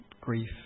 grief